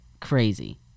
crazy